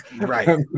Right